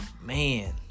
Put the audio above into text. man